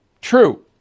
True